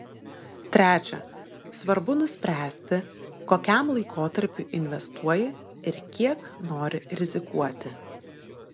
trečia svarbu nuspręsti kokiam laikotarpiui investuoji ir kiek nori rizikuoti